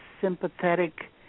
sympathetic